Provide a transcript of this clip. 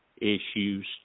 issues